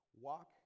Walk